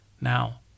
Now